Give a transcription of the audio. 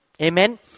Amen